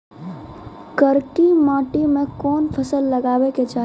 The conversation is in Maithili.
करकी माटी मे कोन फ़सल लगाबै के चाही?